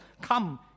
Come